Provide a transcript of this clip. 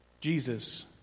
Jesus